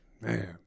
man